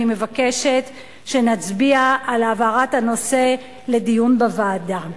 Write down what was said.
אני מבקשת שנצביע על העברת הנושא לדיון בוועדה.